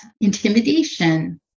intimidation